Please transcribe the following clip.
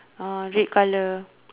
red colour